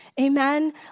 Amen